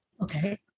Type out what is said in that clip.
okay